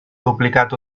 duplicat